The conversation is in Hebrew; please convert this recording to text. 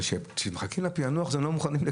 אבל כשמחכים לפענוח את זה הם לא מוכנים לקבל.